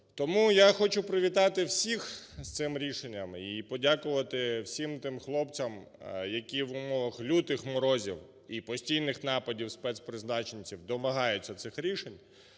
Тому я хочу привітати всіх з цим рішенням і подякувати всім тим хлопцям, які в умовах лютих морозів і постійних нападівспецпризначенців домагаються цих рішень.